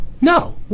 No